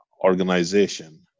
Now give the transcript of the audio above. organization